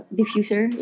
Diffuser